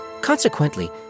Consequently